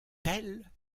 telle